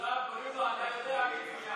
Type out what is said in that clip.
אל תצחק, יואב, קוראים לו "אתה יודע מצוין".